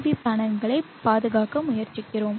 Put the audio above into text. we பேனல்களைப் பாதுகாக்க முயற்சிக்கிறோம்